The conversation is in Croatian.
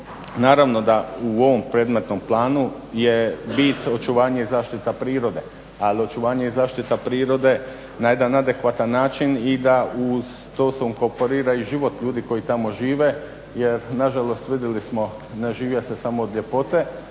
naravno da u ovom predmetnom planu je bit očuvanje i zaštita prirode, ali i očuvanje i zaštita prirode na jedan adekvatan način i da uz to se inkorporira i život ljudi koji tamo žive, jer nažalost vidjeli smo ne živi se samo od ljepote,